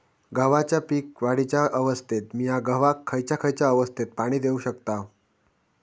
गव्हाच्या पीक वाढीच्या अवस्थेत मिया गव्हाक खैयचा खैयचा अवस्थेत पाणी देउक शकताव?